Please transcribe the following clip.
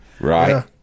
right